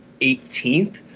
18th